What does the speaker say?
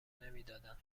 نمیدادند